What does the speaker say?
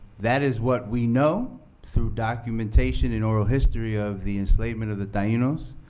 that is what we know through documentation and oral history of the enslavement of the tainos,